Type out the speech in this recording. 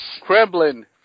Kremlin